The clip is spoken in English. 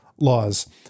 laws